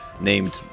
named